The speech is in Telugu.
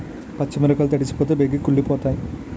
పచ్చి మిరపకాయలు తడిసిపోతే బేగి కుళ్ళిపోతాయి